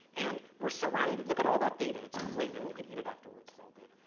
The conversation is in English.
and, we're surrounded, look at all that data. that's great, and you can eat it afterwards. it's all good.